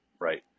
right